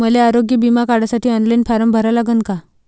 मले आरोग्य बिमा काढासाठी ऑनलाईन फारम भरा लागन का?